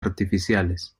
artificiales